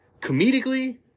comedically